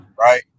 right